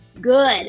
good